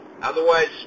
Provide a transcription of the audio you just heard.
Otherwise